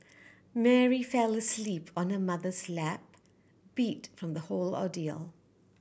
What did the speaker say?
Mary fell asleep on her mother's lap beat from the whole ordeal